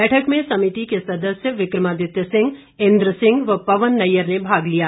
बैठक में समिति के सदस्य विक्रमादित्य सिंह इंद्र सिंह व पवन नैय्यर ने भाग लिया